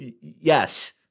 yes